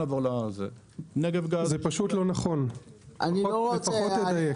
זה פשוט לא נכון, לפחות תדייק.